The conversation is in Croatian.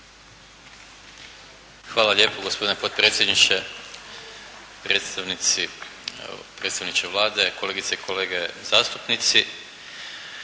Hvala lijepo gospodine potpredsjedniče, predstavniče Vlade, kolegice i kolege zastupnici.